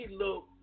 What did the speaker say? look